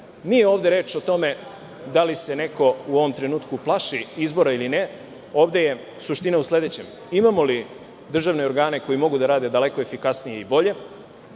nije reč o tome da li se neko u ovom trenutku plaši izbora ili ne, ovde je suština u sledećem. Imamo li državne organe koji mogu da rade daleko efikasnije i bolje,